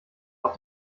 aus